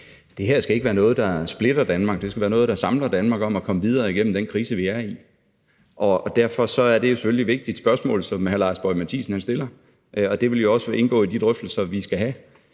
Det her skal ikke være noget, der splitter Danmark; det skal være noget, der samler Danmark om at komme igennem den krise, vi er i. Derfor er det selvfølgelig et vigtigt spørgsmål, som hr. Lars Boje Mathiesen stiller, og det vil også indgå i de drøftelser, vi skal have.